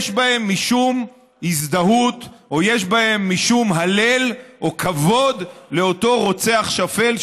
יש בהן משום הזדהות או יש בהן משום הלל או כבוד לאותו רוצח שפל,